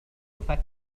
تفكر